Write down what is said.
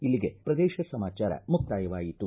ಇಲ್ಲಿಗೆ ಪ್ರದೇಶ ಸಮಾಚಾರ ಮುಕ್ತಾಯವಾಯಿತು